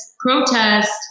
protest